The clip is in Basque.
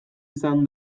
izan